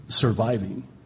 surviving